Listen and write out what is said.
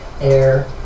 air